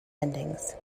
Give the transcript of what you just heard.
endings